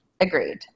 Agreed